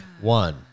One